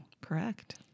Correct